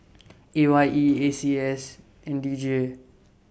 A Y E A C S and D J